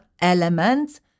elements